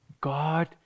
god